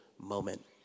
moment